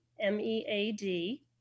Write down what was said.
m-e-a-d